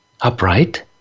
upright